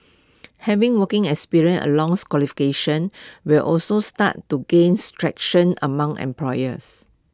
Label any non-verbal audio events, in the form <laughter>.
having working experience along <unintelligible> qualifications will also start to gains traction among employers